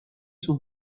sus